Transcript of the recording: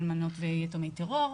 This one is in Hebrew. באלמנות ויתומי טרור,